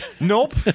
nope